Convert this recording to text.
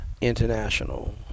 International